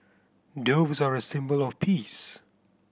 doves are a symbol of peace